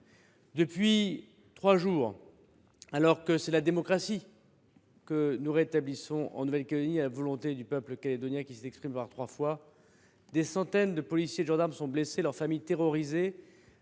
Depuis trois jours, alors que c’est la démocratie que nous rétablissons en Nouvelle Calédonie, conformément à la volonté du peuple calédonien qui s’est exprimée par trois fois, des centaines de policiers et de gendarmes sont blessés, leurs familles terrorisées.